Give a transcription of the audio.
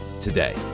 today